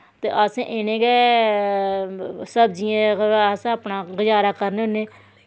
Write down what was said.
ते अस इ'नें गै सब्जियें कोला अस अपना गजारा करने होन्ने